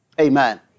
Amen